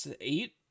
eight